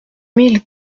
mille